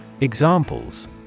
Examples